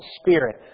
Spirit